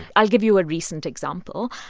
i'll give you a recent example.